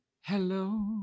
hello